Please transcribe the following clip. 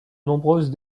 nombreuses